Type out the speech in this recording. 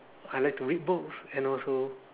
I like to read books and also